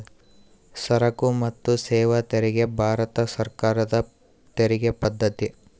ಸರಕು ಮತ್ತು ಸೇವಾ ತೆರಿಗೆ ಭಾರತ ಸರ್ಕಾರದ ತೆರಿಗೆ ಪದ್ದತಿ